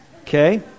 Okay